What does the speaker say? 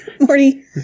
Morty